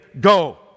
go